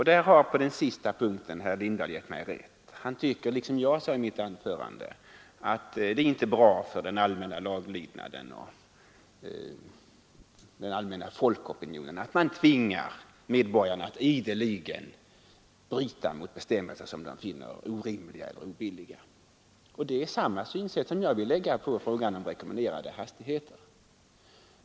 På den sista punkten har herr Lindahl givit mig rätt. Han tycker, liksom jag sade i mitt anförande, att det inte är bra för den allmänna laglydnaden och folkopinionen att man tvingar folk att ideligen bryta mot bestämmelser som de finner orimliga eller obilliga. Detta är samma synsätt som det jag vill anlägga på frågan om rekommenderade hastigheter.